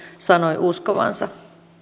sanoi uskovansa